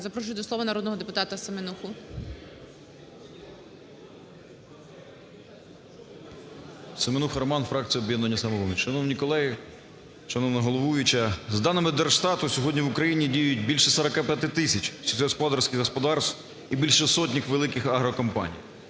Запрошую до слова народного депутата Семенуху. 17:26:32 СЕМЕНУХА Р.С. Семенуха Роман, фракція "Об'єднання "Самопоміч". Шановні колеги, шановна головуюча! За даними Держстату сьогодні в Україні діють більше 45 тисяч сільськогосподарських господарств і більше сотні великих агрокомпаній.